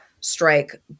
strike